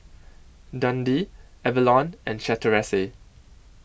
Dundee Avalon and Chateraise